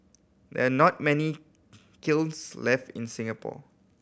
there are not many kilns left in Singapore